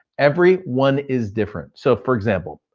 every one is different. so for example,